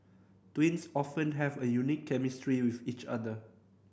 twins often have a unique chemistry with each other